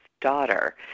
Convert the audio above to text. daughter